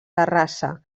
terrassa